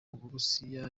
burusiya